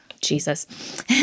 Jesus